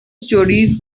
stories